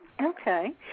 Okay